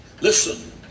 Listen